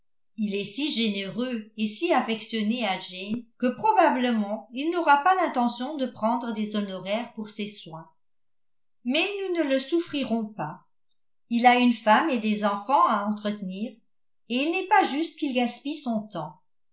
il est si généreux et si affectionné à jane que probablement il n'aura pas l'intention de prendre des honoraires pour ses soins mais nous ne le souffrirons pas il a une femme et des enfants à entretenir et il n'est pas juste qu'il gaspille son temps